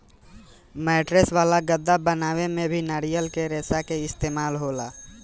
mattress वाला गद्दा बनावे में भी नारियल के रेशा के इस्तेमाल होला